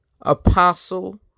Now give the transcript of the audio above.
Apostle